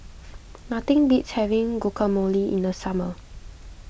nothing beats having Guacamole in the summer